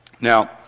Now